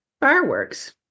fireworks